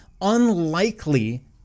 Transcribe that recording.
unlikely